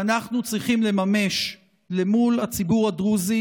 שאנחנו צריכים לממש מול הציבור הדרוזי